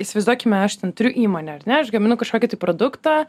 įsivaizduokime aš ten turiu įmonę ar ne aš gaminu kažkokį tai produktą